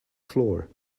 floor